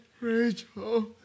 Rachel